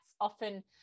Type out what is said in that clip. often